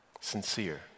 sincere